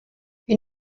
you